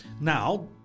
now